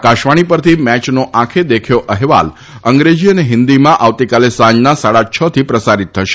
આકાશવાણી પરથી મેચનો આંખે દેખ્યો અહેવાલ અંગ્રેજી અને હિન્દીમાં આવતીકાલે સાંજના સાડા છ થી પ્રસારિત થશે